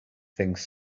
things